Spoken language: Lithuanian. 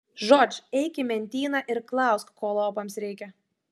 žodž eik į mentyną ir klausk ko lopams reikia